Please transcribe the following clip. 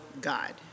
God